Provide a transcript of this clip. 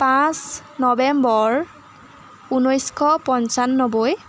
পাঁচ নবেম্বৰ ঊনৈছশ পঁচান্নবৈ